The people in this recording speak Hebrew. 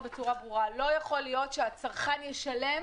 בצורה ברורה: לא יכול להיות שהצרכן ישלם